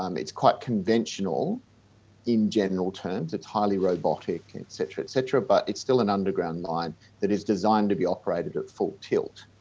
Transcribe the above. um it's quite conventional in general terms it's highly robotic, et cetera, et cetera, but it's still an underground mine that is designed to be operated at full tilt.